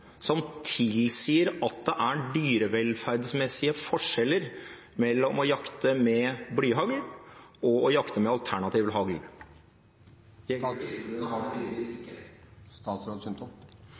som tilsier at det er dyrevelferdsmessige forskjeller mellom å jakte med blyhagl og å jakte med